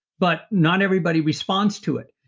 but not everybody responds to it.